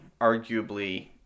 arguably